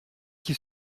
qui